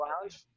lounge